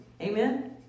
Amen